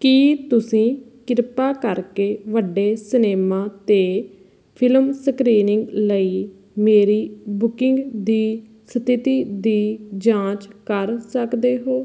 ਕੀ ਤੁਸੀਂ ਕਿਰਪਾ ਕਰਕੇ ਵੱਡੇ ਸਿਨੇਮਾ 'ਤੇ ਫ਼ਿਲਮ ਸਕ੍ਰੀਨਿੰਗ ਲਈ ਮੇਰੀ ਬੁਕਿੰਗ ਦੀ ਸਥਿਤੀ ਦੀ ਜਾਂਚ ਕਰ ਸਕਦੇ ਹੋ